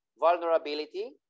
vulnerability